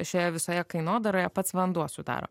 šioje visoje kainodaroje pats vanduo sudaro